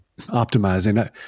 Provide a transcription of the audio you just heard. optimizing